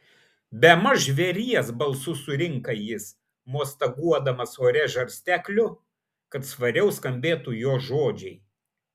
bemaž žvėries balsu surinka jis mostaguodamas ore žarstekliu kad svariau skambėtų jo žodžiai